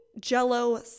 jello